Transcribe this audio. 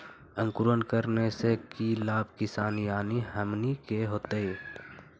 अंकुरण करने से की लाभ किसान यानी हमनि के होतय?